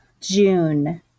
June